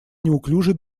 неуклюжий